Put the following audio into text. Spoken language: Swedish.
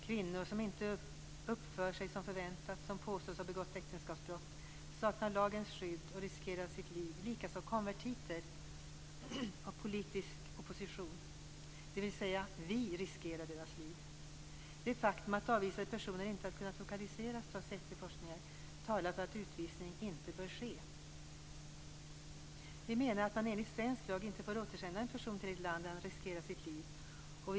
Kvinnor som inte uppför sig som förväntas, som påstås ha begått äktenskapsbrott saknar lagens skydd och riskerar sitt liv liksom konvertiter och politiskt oppositionella, dvs. vi riskerar deras liv. Det faktum att avvisade personer trots efterforskningar inte har kunnat lokaliseras talar för att utvisning inte bör ske. Vi anser att man enligt svensk lag inte får återsända en person till ett land där han eller hon riskerar sitt liv.